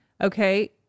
Okay